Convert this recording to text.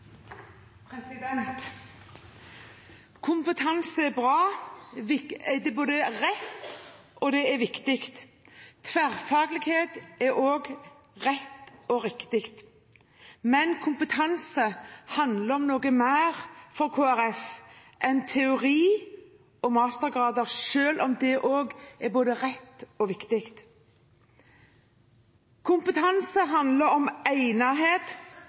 Kompetanse er bra. Det er både rett og viktig. Tverrfaglighet er også rett og riktig. Men kompetanse handler om noe mer enn teori og mastergrader for Kristelig Folkeparti, selv om det også er både rett og viktig. Kompetanse handler om